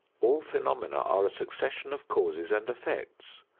all phenomena are a succession of causes and effects.